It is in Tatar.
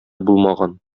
булмаган